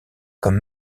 comme